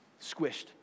squished